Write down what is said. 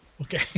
Okay